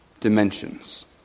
dimensions